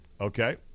Okay